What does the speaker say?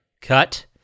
cut